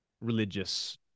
religious